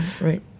right